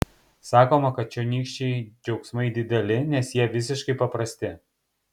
sakoma kad čionykščiai džiaugsmai dideli nes jie visiškai paprasti